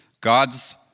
God's